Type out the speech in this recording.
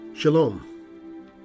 Shalom